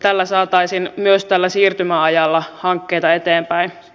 tällä saataisiin myös tällä siirtymäajalla hankkeita eteenpäin